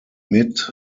mid